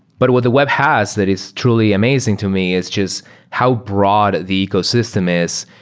but what the web has that is truly amazing to me is just how broad the ecosystem is.